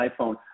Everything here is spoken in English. iPhone